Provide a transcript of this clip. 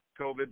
COVID